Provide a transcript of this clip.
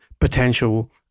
potential